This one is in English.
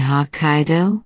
Hokkaido